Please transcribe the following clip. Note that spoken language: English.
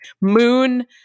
moon